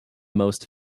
most